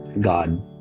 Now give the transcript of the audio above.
God